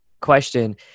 question